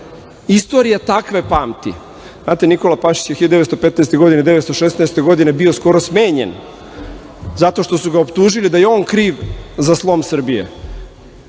Istorija takve pamti. Znate, Nikola Pašić je 1915. godine, 1916. godine bio skoro smenjen zato što su ga optužili da je on kriv za slom Srbije.